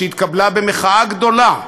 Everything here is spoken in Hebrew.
שהתקבלה במחאה גדולה בציבור,